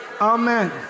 Amen